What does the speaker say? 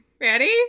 ready